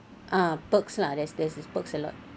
ah perks lah there's there's this perks a lot